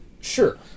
Sure